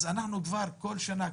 אנחנו בכל שנה,